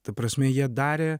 ta prasme jie darė